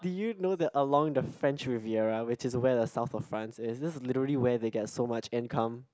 did you know that along the French Riviera which is where the South of France is this is literally where they get so much income